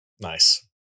Nice